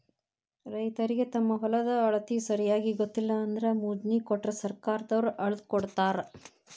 ರೈತರಿಗೆ ತಮ್ಮ ಹೊಲದ ಅಳತಿ ಸರಿಯಾಗಿ ಗೊತ್ತಿಲ್ಲ ಅಂದ್ರ ಮೊಜ್ನಿ ಕೊಟ್ರ ಸರ್ಕಾರದವ್ರ ಅಳ್ದಕೊಡತಾರ